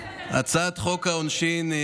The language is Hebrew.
הצעת חוק העונשין,